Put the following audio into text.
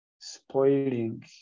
spoiling